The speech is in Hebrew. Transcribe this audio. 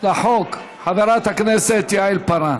לחוק חברת הכנסת יעל כהן-פארן.